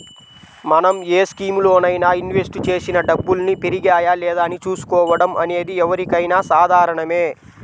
మనం ఏ స్కీములోనైనా ఇన్వెస్ట్ చేసిన డబ్బుల్ని పెరిగాయా లేదా అని చూసుకోవడం అనేది ఎవరికైనా సాధారణమే